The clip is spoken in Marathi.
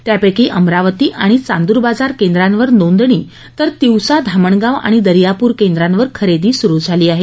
यापैकी अमरावती आणि चांदूरबाजार केंद्रांवर नोंदणी तर तिवसा धामणगाव तसंच दर्यापूर केंद्रावर खरेदी सुरु झाली आहे